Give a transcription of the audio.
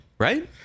Right